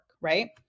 right